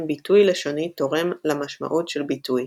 ביטוי לשוני תורם ל"משמעות" של ביטוי